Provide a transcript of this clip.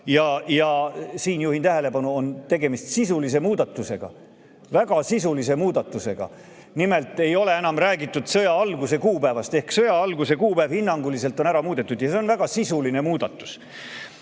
Siin, juhin tähelepanu, on tegemist sisulise muudatusega, väga sisulise muudatusega. Nimelt ei ole enam räägitud sõja alguse kuupäevast, hinnanguline sõja alguse kuupäev on ära jäetud. Ja see on väga sisuline muudatus.